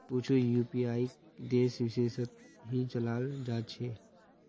कुछु यूपीआईक देश विशेषत ही चलाल जा छे